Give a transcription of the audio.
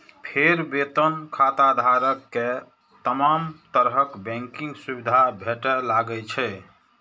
फेर वेतन खाताधारक कें तमाम तरहक बैंकिंग सुविधा भेटय लागै छै